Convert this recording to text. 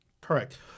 Correct